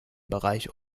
bereich